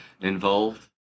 involved